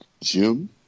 Jim